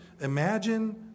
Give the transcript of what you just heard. Imagine